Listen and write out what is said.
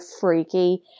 freaky